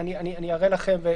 אני אראה לכם,